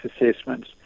assessments